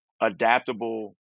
adaptable